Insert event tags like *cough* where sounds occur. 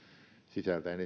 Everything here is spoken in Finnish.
sisältäen *unintelligible*